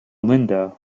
linda